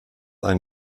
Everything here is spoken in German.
ein